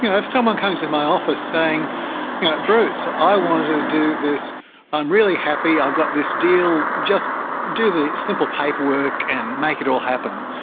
someone comes in my office saying bruce, i want to do this i'm really happy, i got this deal. just do the simple paperwork and make it all happen.